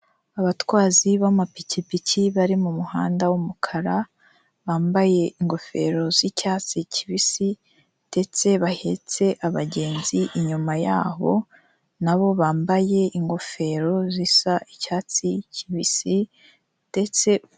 Abatwazi b'amapikipiki bari mu muhanda w'umukara, bambaye ingofero z'icyatsi kibisi ndetse bahetse abagenzi inyuma yabo, na bo bambaye ingofero zisa icyatsi kibisi ndetse.